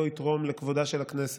לא יתרום לכבודה של הכנסת.